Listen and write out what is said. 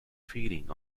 feeding